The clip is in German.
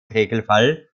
regelfall